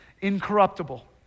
incorruptible